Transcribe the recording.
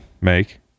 make